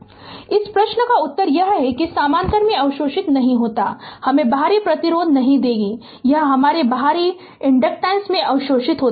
Refer slide time 2812 इस प्रश्न का उत्तर यह है कि यह समानांतर में अवशोषित नहीं होता है हमे बाहारी प्रतिरोध नहीं देगे यह हमारे बाहारी इन्डकटेंसेस में अवशोषित होता है